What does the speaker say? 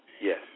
Yes